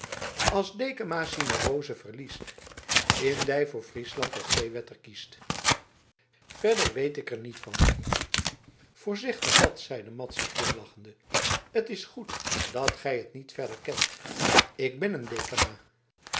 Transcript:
as dekama sine rose forliest in dy for frieslän dat seawetter kiest verder weet ik er niet van voorzichtig wat zeide madzy glimlachende het is goed dat gij het niet verder kent ik ben een dekama